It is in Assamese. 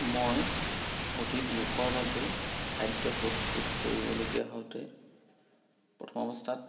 মই অধিক লোকৰ বাবে খাদ্য প্ৰস্তুত কৰিবলগীয়া হওঁতে প্ৰথম অৱস্থাত